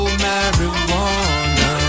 marijuana